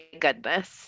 goodness